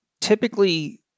typically